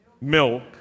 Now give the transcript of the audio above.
milk